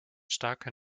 starke